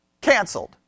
canceled